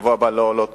ובשבוע הבא לא עולות